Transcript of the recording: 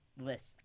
list